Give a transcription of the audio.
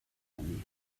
hutton